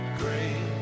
great